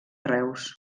reus